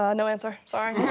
ah no answer, sorry.